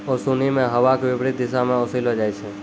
ओसोनि मे हवा के विपरीत दिशा म ओसैलो जाय छै